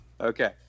Okay